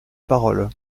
parole